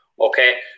okay